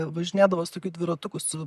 važinėdavo su tokiu dviratuku su